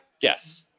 yes